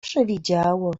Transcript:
przywidziało